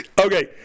Okay